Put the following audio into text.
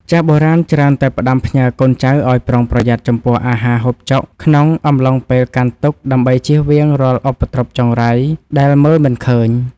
ចាស់បុរាណច្រើនតែផ្ដាំផ្ញើកូនចៅឱ្យប្រុងប្រយ័ត្នចំពោះអាហារហូបចុកក្នុងអំឡុងពេលកាន់ទុក្ខដើម្បីចៀសវាងរាល់ឧបទ្រពចង្រៃដែលមើលមិនឃើញ។